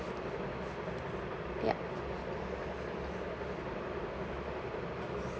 ya